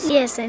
Yes